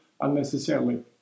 unnecessarily